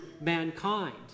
mankind